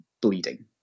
bleeding